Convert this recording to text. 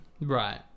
Right